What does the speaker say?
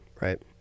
Right